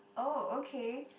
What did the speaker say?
oh okay